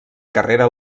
carrera